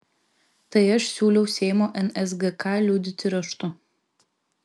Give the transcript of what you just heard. tai aš siūliau seimo nsgk liudyti raštu